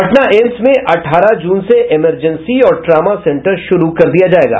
Patna AIIMS में अठारह June से इमरजेंसी और ट्रामा सेंटर शुरू कर दिया जायेगा